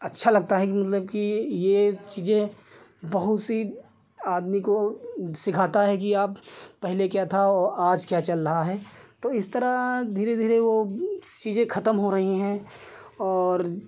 अच्छा लगता है कि मतलब कि यह चीज़ें बहुत सी आदमी को सिखाता है कि अब पहले क्या था औ आज क्या चल रहा है तो इस तरह धीरे धीरे वह चीज़ें खत्म हो रही हैं और